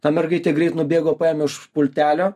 ta mergaitė greit nubėgo paėmė už pultelio